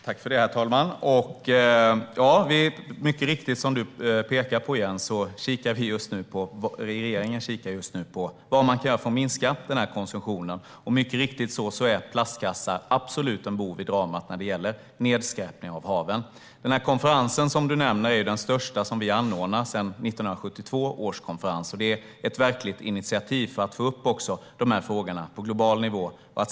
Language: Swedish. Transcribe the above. Herr talman! Mycket riktigt, Jens Holm, kikar regeringen på vad man kan göra för att minska konsumtionen, och mycket riktigt är plastkassar absolut en bov i dramat när det gäller nedskräpning av haven. Konferensen Jens Holm nämner är den största som anordnas sedan 1972 års konferens. Det är ett verkligt initiativ för att få upp frågorna på global nivå.